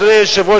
אדוני היושב-ראש,